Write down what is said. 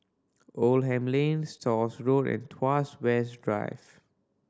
Oldham Lane Stores Road and Tuas West Drive